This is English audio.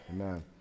Amen